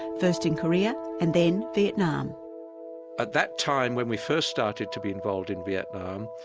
first in korea and then vietnam. at that time when we first started to be involved in vietnam,